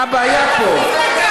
מה הבעיה פה?